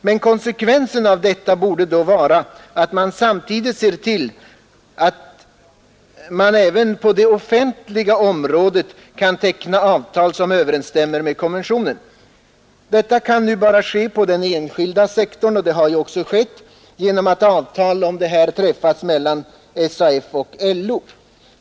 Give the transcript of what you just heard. Men konsekvenserna av detta borde då vara att man samtidigt ser till att det även på det offentliga området kan tecknas avtal som överensstämmer med konventionen. Detta kan nu bara ske på den enskilda sektorn, och det har ju också skett genom avtal mellan SAF och LO.